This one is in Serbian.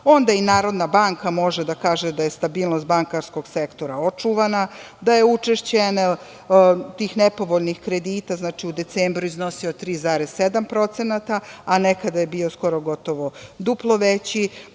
Onda i NBS može da kaže da je stabilnost bankarskog sektora očuvana, da je učešće tih nepovoljnih kredita u decembru iznosilo 3,7%, a nekada je bio gotovo duplo veći,